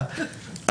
במליאה,